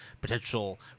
potential